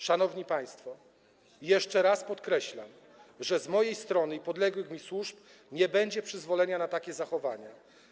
Szanowni państwo, jeszcze raz podkreślam, że z mojej strony i ze strony podległych mi służb nie będzie przyzwolenia na takie zachowania.